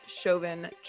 Chauvin